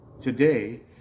Today